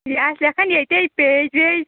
یہِ آسہِ لیکھان ییٚتے پیج ویج